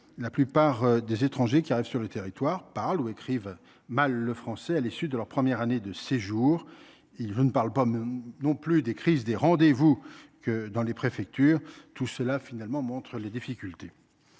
la plupart des étrangers arrivés sur le territoire parlent ou écrivent mal le français à l’issue de leur première année de séjour et je ne parle même pas des « crises des rendez vous » dans les préfectures. Tout cela démontre nos difficultés.